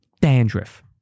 dandruff